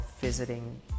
visiting